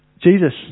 Jesus